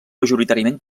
majoritàriament